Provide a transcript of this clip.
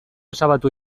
ezabatu